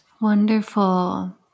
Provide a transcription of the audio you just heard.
Wonderful